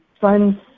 funds